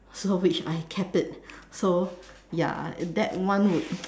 so which I kept it so ya that one would